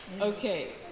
okay